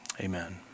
Amen